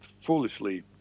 foolishly